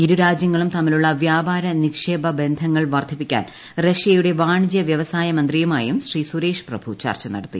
ഇരു രാജ്യങ്ങളും തമ്മിലുളള വ്യാപാര നിക്ഷേപ ബന്ധങ്ങൾ വർധിപ്പിക്കാൻ റഷ്യയുടെ വാണിജ്യ വൃവസായ മന്ത്രിയുമായും ശ്രീ സുരേഷ് പ്രഭു ചർച്ച നടത്തി